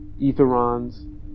etherons